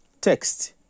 Text